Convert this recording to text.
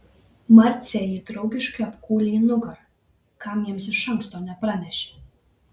marcė jį draugiškai apkūlė į nugarą kam jiems iš anksto nepranešė